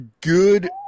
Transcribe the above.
good